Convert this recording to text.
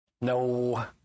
No